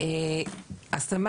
השמה